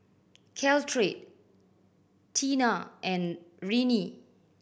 Caltrate Tena and Rene